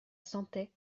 sentait